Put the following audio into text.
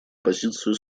позицию